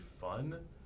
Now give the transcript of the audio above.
fun